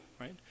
right